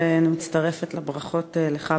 ואני מצטרפת לברכות לך,